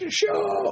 show